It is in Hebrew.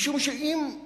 משום שאם,